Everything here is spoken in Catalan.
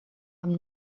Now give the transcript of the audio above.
amb